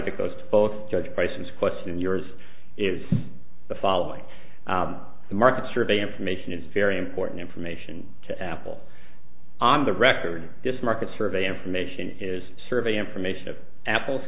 the closed both prices question and yours is the following the market survey information is very important information to apple on the record this market survey information is survey information of apple